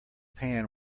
pan